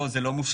לא, זה לא מושלם.